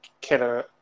Killer